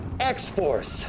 X-Force